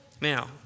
now